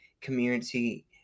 community